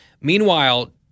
Meanwhile